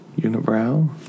unibrow